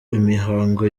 imihango